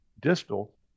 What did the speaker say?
distal